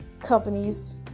companies